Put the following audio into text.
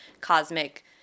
cosmic